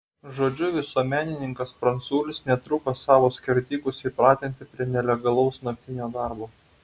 žodžiu visuomenininkas pranculis netruko savo skerdikus įpratinti prie nelegalaus naktinio darbo